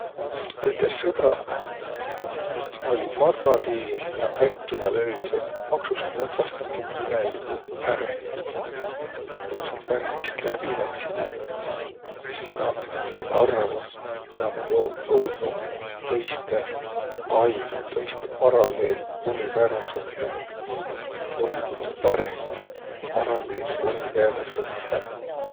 Üteh sõbraq olliq matkatiil ja äkki nä löüdseq paksust mõtsast üte imeligu värehti. Ku nä säält värehtist läbi lätsiq, sis naaq saiq arvo, et nä ummaq joud- jodnuq tõistõ aigo, tõistõ paraliiluniversumihe. Tuu oll'gi nigu väreht paralliiluniversumihe.